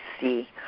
see